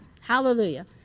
Hallelujah